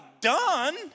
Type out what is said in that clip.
done